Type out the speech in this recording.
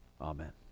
Amen